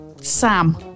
Sam